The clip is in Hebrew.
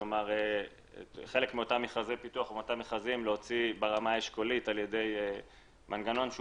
כלומר חלק מאותם מכרזי פיתוח להוציא ברמה אשכולית על ידי מנגנון שהוא